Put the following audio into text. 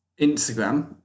Instagram